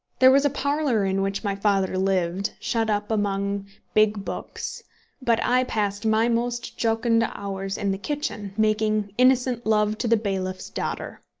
there was a parlour in which my father lived, shut up among big books but i passed my most jocund hours in the kitchen, making innocent love to the bailiff's daughter.